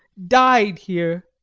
died here.